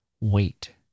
Wait